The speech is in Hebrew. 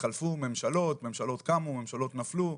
התחלפו ממשלות, ממשלות קמו, ממשלות נפלו.